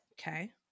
Okay